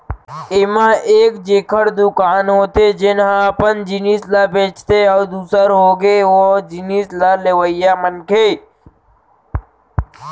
ऐमा एक जेखर दुकान होथे जेनहा अपन जिनिस ल बेंचथे अउ दूसर होगे ओ जिनिस ल लेवइया मनखे